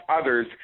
others